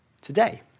today